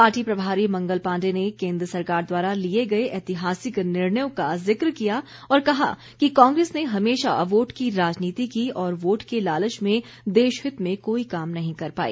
party प्रभारी मंगल पांडे ने केन्द्र सरकार द्वारा लिए गए ऐतिहासिक निर्णयों का ज़िक्र किया और कहा कि कांग्रेस ने हमेशा वोट की राजनीति की और वोट के लालच में देशहित में कोई काम नहीं कर पाई